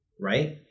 right